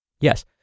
Yes